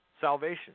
salvation